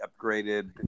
upgraded